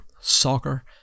Soccer